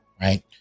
right